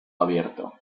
abierto